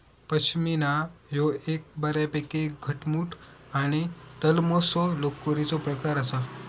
पश्मीना ह्यो एक बऱ्यापैकी घटमुट आणि तलमसो लोकरीचो प्रकार आसा